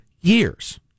years